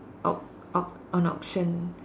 auc~ auc~ on auction